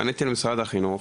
פניתי למשרד החינוך,